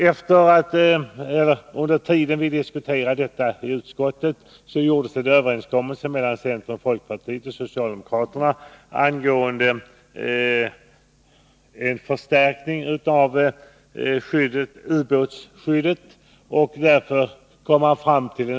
Under tiden som vi diskuterade detta i utskottet träffades en överenskommelse mellan centern, folkpartiet och socialdemokraterna angående förstärkning av ubåtsskyddet.